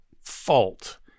fault